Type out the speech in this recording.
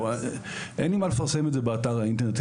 אין לי מה לפרסם את זה באתר האינטרנט.